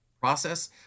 process